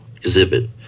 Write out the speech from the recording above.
exhibit